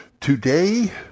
today